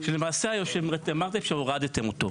שלמעשה אמרתם שהורדתם אותו.